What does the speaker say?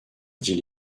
dit